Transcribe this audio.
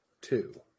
two